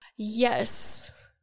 Yes